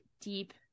deep